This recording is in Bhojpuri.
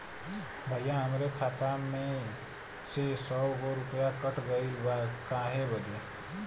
भईया हमरे खाता में से सौ गो रूपया कट गईल बा काहे बदे?